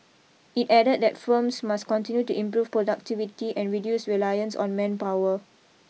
it added that firms must continue to improve productivity and reduce reliance on manpower